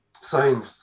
signed